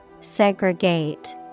segregate